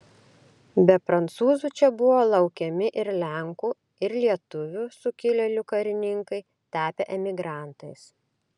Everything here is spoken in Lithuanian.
be prancūzų čia buvo laukiami ir lenkų ir lietuvių sukilėlių karininkai tapę emigrantais